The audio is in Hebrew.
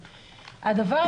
הדבר,